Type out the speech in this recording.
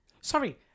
Sorry